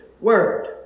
word